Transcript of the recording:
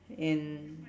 and